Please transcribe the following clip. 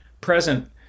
present